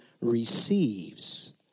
receives